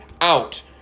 out